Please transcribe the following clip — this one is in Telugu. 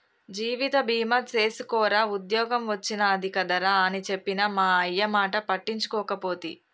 జీవిత బీమ సేసుకోరా ఉద్ద్యోగం ఒచ్చినాది కదరా అని చెప్పిన మా అయ్యమాట పట్టించుకోకపోతి